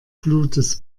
blutes